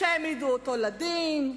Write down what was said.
שהעמידו אותו לדין,